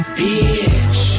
bitch